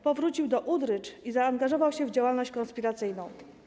Powrócił do Udrycz i zaangażował się w działalność konspiracyjną.